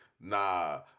nah